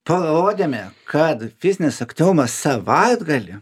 parodėme kad fizinis aktyvumas savaitgalį